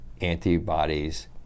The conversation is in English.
antibodies